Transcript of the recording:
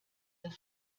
das